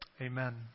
Amen